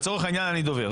לצורך העניין אני דובר.